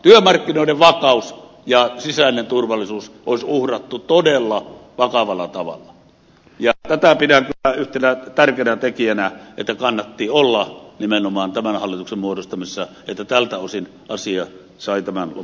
työmarkkinoiden vakaus ja sisäinen turvallisuus olisi uhrattu todella vakavalla tavalla ja tätä pidän kyllä yhtenä tärkeänä tekijänä siinä että kannatti olla nimenomaan tämän hallituksen muodostamisessa että tältä osin asia sai tämän lopputuloksen